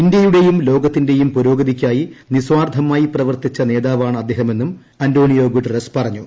ഇന്ത്യയുടെയും ലോകത്തിന്റെയും പുരോഗതിക്കായി നിസ്വാർത്ഥമായി പ്രവർത്തിച്ച നേതാവാണ് അദ്ദേഹമെന്നും അന്റോണിയോ ഗുട്ടറസ് പറഞ്ഞു